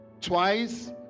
Twice